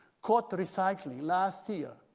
caught recycling, last year,